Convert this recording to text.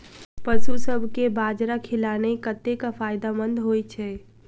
पशुसभ केँ बाजरा खिलानै कतेक फायदेमंद होइ छै?